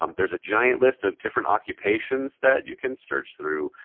um there's a giant list of different occupations that you can search through.